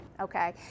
Okay